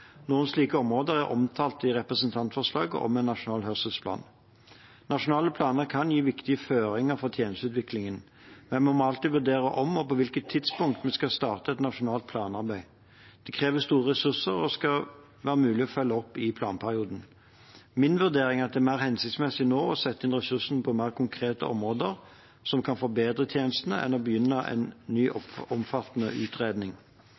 Noen slike områder er omtalt i representantforslaget om en nasjonal hørselsplan. Nasjonale planer kan gi viktige føringer for tjenesteutviklingen, men vi må alltid vurdere om og på hvilket tidspunkt vi skal starte et nasjonalt planarbeid. Det krever store ressurser og skal være mulig å følge opp i planperioden. Min vurdering er at det er mer hensiktsmessig nå å sette inn ressursene på mer konkrete områder som kan forbedre tjenestene, enn å begynne en ny omfattende utredning.